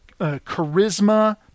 charisma